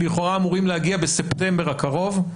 לכאורה אמורים להגיע בספטמבר הקרוב,